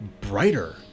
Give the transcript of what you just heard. brighter